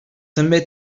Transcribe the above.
també